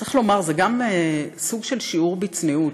צריך לומר, זה גם סוג של שיעור בצניעות,